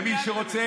ומי שרוצה,